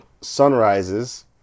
sunrises